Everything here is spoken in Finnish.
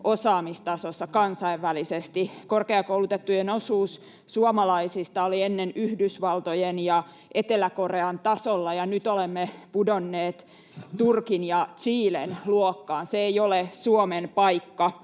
osaamistasossa kansainvälisesti. Korkeakoulutettujen osuus suomalaisista oli ennen Yhdysvaltojen ja Etelä-Korean tasolla, ja nyt olemme pudonneet Turkin ja Chilen luokkaan — se ei ole Suomen paikka.